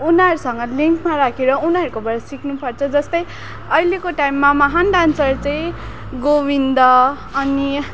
उनीहरूसँग लिन्कमा राखेर उनीहरूकोबाट सिक्नुपर्छ जस्तै अहिलेको टाइममा महान् डान्सर चाहिँ गोविन्द अनि